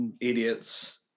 idiots